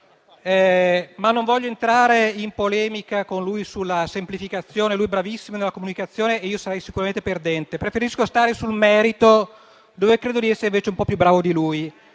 Ma non voglio entrare in polemica con lui sulla semplificazione, lui è bravissimo nella comunicazione e io sarei sicuramente perdente. Preferisco stare sul merito delle cose, dove credo di essere invece un po' più bravo di lui.